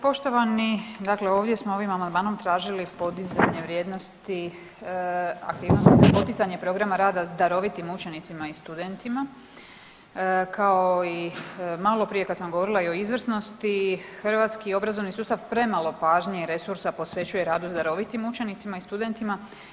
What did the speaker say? Poštovani, dakle ovdje smo ovim amandmanom tražili podizanje vrijednosti ako imamo za poticanje programa rada s darovitim učenicima i studentima kao i maloprije kad sam govorila i o izvrsnosti hrvatski obrazovni sustav premalo pažnje i resursa posvećuje radu s darovitim učenicima i studentima.